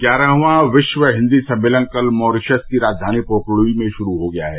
ग्यारहवां विश्व हिन्दी सम्मेलन कल मॉरिशस की राजधानी पोर्टलुई में शुरू हो गया है